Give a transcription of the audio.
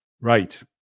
Right